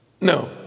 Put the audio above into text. No